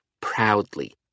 proudly